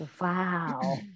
wow